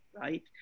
right